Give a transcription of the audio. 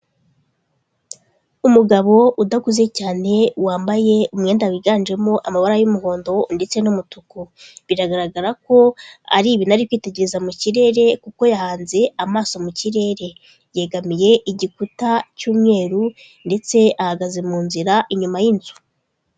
Umugabo udakuze cyane wambaye umwenda wiganjemo amabara y'umuhondo ndetse n'umutuku, biragaragara ko hari ibintu ari kwitegereza mu kirere kuko yahanze amaso mu kirere, yegamiye igikuta cy'umweru ndetse ahagaze mu nzira inyuma y'inzu.